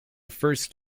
first